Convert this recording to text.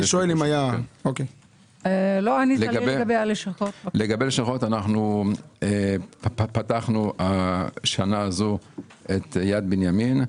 לגבי לשכות, פתחנו השנה הזו את יד בנימין.